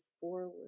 forward